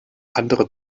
andere